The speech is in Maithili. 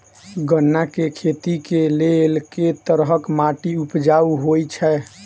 गन्ना केँ खेती केँ लेल केँ तरहक माटि उपजाउ होइ छै?